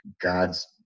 God's